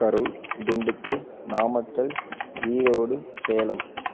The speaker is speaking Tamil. கரூர் திண்டுக்கல் நாமக்கல் ஈரோடு சேலம்